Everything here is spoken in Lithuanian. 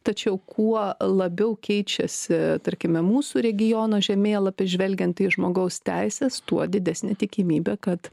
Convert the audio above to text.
tačiau kuo labiau keičiasi tarkime mūsų regiono žemėlapį žvelgiant į žmogaus teises tuo didesnė tikimybė kad